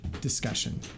discussion